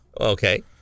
Okay